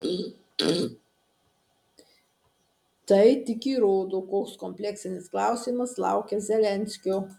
tai tik įrodo koks kompleksinis klausimas laukia zelenskio